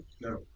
No